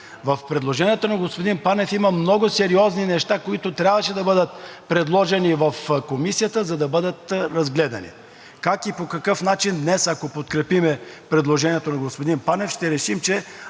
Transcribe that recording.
В предложението на господин Панев има много сериозни неща, които трябваше да бъдат предложени в Комисията, за да бъдат разгледани. Как и по какъв начин днес, ако подкрепим предложението на господин Панев, ще решим, че